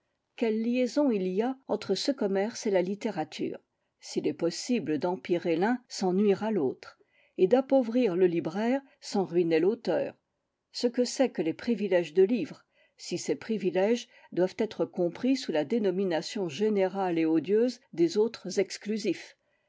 quelle liaison il y a entre ce commerce et la littérature s'il est possible d'empirer l'un sans nuire à l'autre et d'appauvrir le libraire sans ruiner l'auteur ce que c'est que les privilèges de livres si ces privilèges doivent être compris sous la dénomination générale et odieuse des autres exclusifs